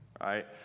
right